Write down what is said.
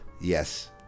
Yes